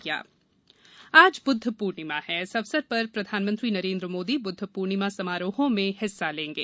प्रधानमंत्री बुद्ध पूर्णिमा आज ब्द्ध पूर्णिमा है इस अवसर पर प्रधानमंत्री नरेन्द्र मोदी ब्द्ध पूर्णिमा समारोहों में हिस्सा लेंगे